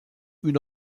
une